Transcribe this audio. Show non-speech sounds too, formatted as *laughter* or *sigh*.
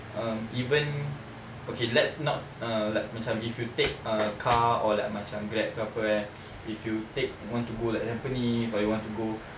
um even okay let's not uh like macam if you take err car or like macam grab ke apa kan *noise* if you take want to like tampines or want to go